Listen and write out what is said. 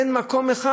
אין מקום אחד.